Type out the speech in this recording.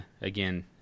again